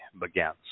begins